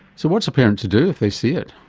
so what's a parent to do if they see it?